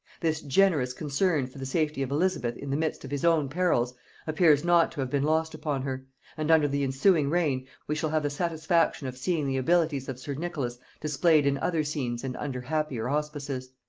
this generous concern for the safety of elizabeth in the midst of his own perils appears not to have been lost upon her and under the ensuing reign we shall have the satisfaction of seeing the abilities of sir nicholas displayed in other scenes and under happier auspices.